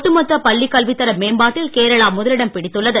ஒட்டுமொத்த பள்ளிக் கல்வித் தர மேம்பாட்டில் கேரளா முதலிடம் பிடித்துள்ளது